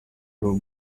y’u